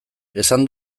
esan